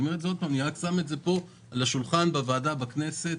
אני רק שם את זה פה על השולחן בוועדה בכנסת,